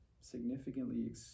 significantly